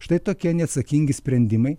štai tokie neatsakingi sprendimai